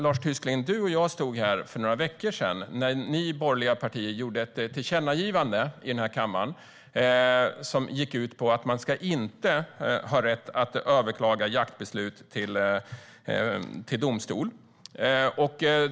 Lars Tysklind och jag stod här för några veckor sedan när de borgerliga partierna gjorde ett tillkännagivande i kammaren som gick ut på att man inte ska ha rätt att överklaga jaktbeslut till domstol.